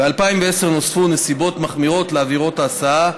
ב-2010 נוספו נסיבות מחמירות לעבירת ההסעה,